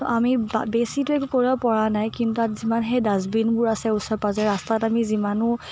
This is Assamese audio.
আমি বে বেছিতো একো কৰিব পৰা নাই কিন্তু তাত যিমান সেই ডাষ্টবিনবোৰ আছে ওচৰে পাঁজৰে ৰাস্তাত আমি যিমানো